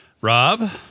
Rob